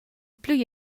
plü